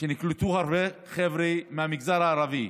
שנקלטו בהן הרבה חבר'ה מהמגזר הערבי,